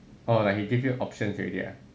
oh like he give your options already ah